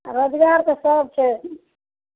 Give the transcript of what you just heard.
अऽ रोजगार तऽ सब छै